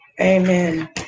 Amen